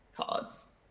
cards